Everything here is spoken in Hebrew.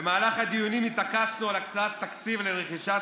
במהלך הדיונים התעקשנו על הקצאת תקציב לרכישת